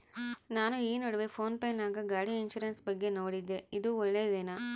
ನಾನು ಈ ನಡುವೆ ಫೋನ್ ಪೇ ನಾಗ ಗಾಡಿ ಇನ್ಸುರೆನ್ಸ್ ಬಗ್ಗೆ ನೋಡಿದ್ದೇ ಇದು ಒಳ್ಳೇದೇನಾ?